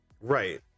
Right